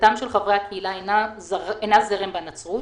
דתם של חברי הקהילה אינה זרם בנצרות,